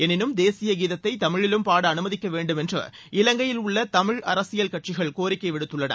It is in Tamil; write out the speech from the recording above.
எனினும் தேசிய கீதத்தை தமிழிலும் பாட அனுமதிக்க வேண்டுமென்று இலங்கையில் உள்ள தமிழ் அரசியல் கட்சிகள் கோரிக்கை விடுத்துள்ளன